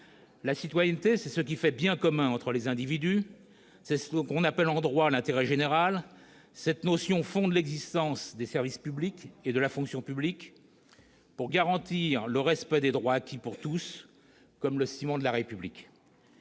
La citoyenneté, c'est ce qui fait bien commun entre les individus ; c'est ce que l'on appelle, en droit, « l'intérêt général ». Cette notion fonde l'existence des services publics et de la fonction publique pour garantir le respect des droits acquis pour tous, ciment de la République.